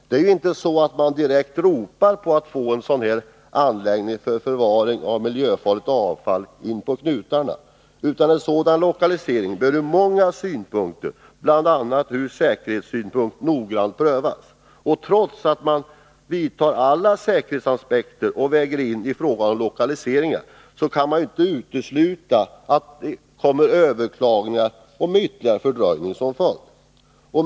Det är inte så att man direkt ropar på att få en sådan här anläggning för förvaring av miljöfarligt avfall inpå knutarna, utan en sådan lokalisering bör ur många synpunkter, bl.a. ur säkerhetssynpunkt, noggrant prövas. Trots att alla säkerhetsaspekter vägs in i fråga om lokalisering kan man inte utesluta att överklaganden sker, med ytterligare fördröjning som följd.